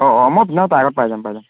অঁ অঁ মই দিনত তাৰ আগত পাই যাম পাই যাম